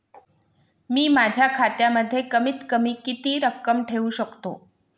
मी माझ्या खात्यात कमीत कमी किती रक्कम ठेऊ शकतो?